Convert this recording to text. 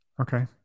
okay